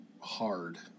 hard